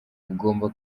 ugomba